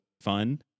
fun